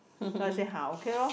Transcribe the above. so i say ha okay lor